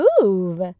move